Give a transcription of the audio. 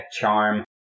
charm